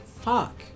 Fuck